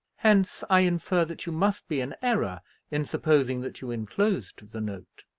hence i infer that you must be in error in supposing that you enclosed the note.